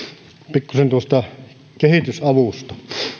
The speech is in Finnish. pikkusen tuosta kehitysavusta